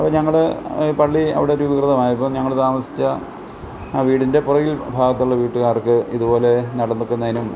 അപ്പോൾ ഞങ്ങൾ പള്ളി അവിടെ രൂപീകൃതമായപ്പം ഞങ്ങൾ താമസിച്ച ആ വീടിന്റെ പുറകിൽ ഭാഗത്തുള്ള വീട്ടുകാർക്ക് ഇതുപോലെ നടക്കുന്നതിനും